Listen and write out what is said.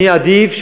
אני אעדיף,